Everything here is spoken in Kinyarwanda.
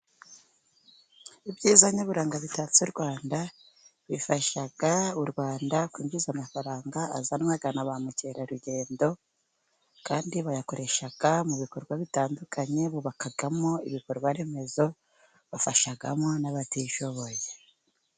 Ibyiza nyaburanga bitatse u Rwanda, bifasha u Rwanda kwinjiza amafaranga azanwa na ba mukerarugendo, kandi bayakoresha mu bikorwa bitandukanye, bubakamo ibikorwaremezo, bafashamo n'abatishoboye.